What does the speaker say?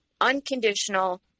unconditional